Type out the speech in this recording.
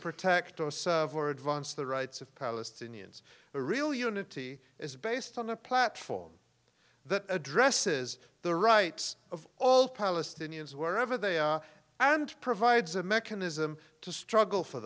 protect us for advanced the rights of palestinians a real unity is based on a platform that addresses the rights of all palestinians wherever they are and provides a mechanism to struggle for